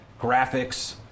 graphics